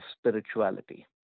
spirituality